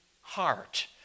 heart